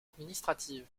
administrative